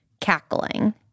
cackling